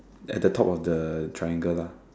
at the top of the triangle lah